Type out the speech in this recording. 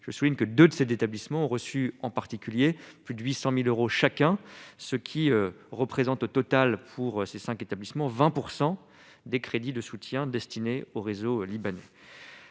je souligne que 2 de ses établissements ont reçu en particulier plus de 800000 euros chacun, ce qui représente au total pour ces 5 établissements 20 % des crédits de soutien destiné aux réseaux libanais